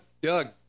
doug